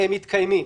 מתקיימים.